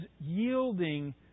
yielding